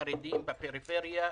חרדים בפריפריה.